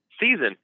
season